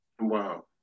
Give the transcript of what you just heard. Wow